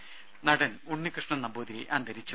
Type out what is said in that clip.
ടെട്ട നടൻ ഉണ്ണികൃഷ്ണൻ നമ്പൂതിരി അന്തരിച്ചു